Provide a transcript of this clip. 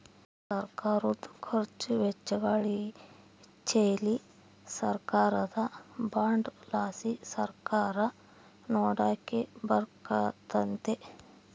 ಸರ್ಕಾರುದ ಖರ್ಚು ವೆಚ್ಚಗಳಿಚ್ಚೆಲಿ ಸರ್ಕಾರದ ಬಾಂಡ್ ಲಾಸಿ ಸರ್ಕಾರ ನೋಡಿಕೆಂಬಕತ್ತತೆ